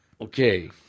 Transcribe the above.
Okay